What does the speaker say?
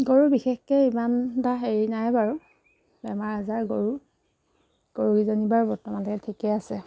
গৰু বিশেষকৈ ইমান এটা হেৰি নাই বাৰু বেমাৰ আজাৰ গৰুৰ গৰুকেইজনী বাৰু বৰ্তমানৰলৈকে ঠিকে আছে